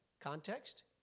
context